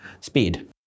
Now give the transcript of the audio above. speed